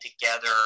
together